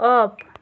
off